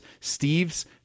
Steve's